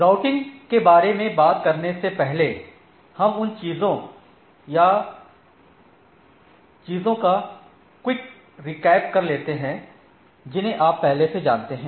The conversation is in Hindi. राउटिंग के बारे में बात करने से पहले हम उन चीजों या चीजों का क्विक रीकैप कर लेते हैं जिन्हें आप पहले से जानते हैं